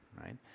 right